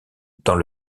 dans